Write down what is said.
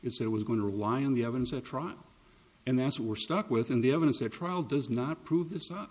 it's there was going to rely on the evidence at trial and that's what we're stuck with and the evidence at trial does not prove th